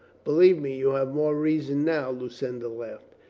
believe me, you have more reason now, lu cinda laughed.